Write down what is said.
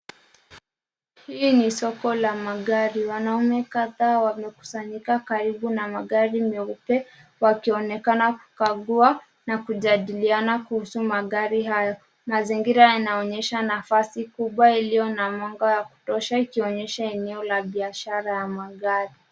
Hii ni soko la magari. Wanaume kadhaa wamekusanyika karibu na magari meupe, wakionekana kukagua na kujadiliana kuhusu magari hayo. Mazingira yanaonyesha nafasi kubwa iliyo na mwanga wa kutosha, ikionyesha eneo la biashara ya magari.